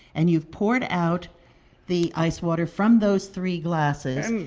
and you've poured out the ice water from those three glasses.